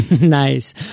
Nice